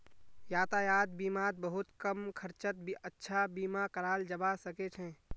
यातायात बीमात बहुत कम खर्चत अच्छा बीमा कराल जबा सके छै